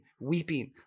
weeping